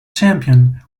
champion